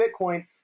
Bitcoin